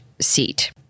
seat